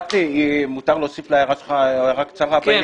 מותר להוסיף להערה שלך הערה קצרה בעניין הזה.